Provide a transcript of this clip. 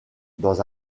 dans